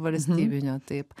valstybinio taip